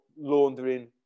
laundering